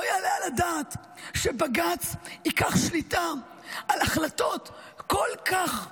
לא יעלה על הדעת שבג"ץ ייקח שליטה על החלטות כל כך צבאיות,